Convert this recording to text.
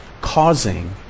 Causing